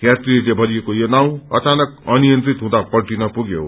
यात्रीहरूले भरिएको यो नाव अचानक अनियन्त्रित हुँदा पल्टिन पुग्यो